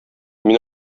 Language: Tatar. мин